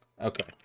Okay